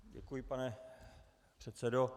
Děkuji, pane předsedo.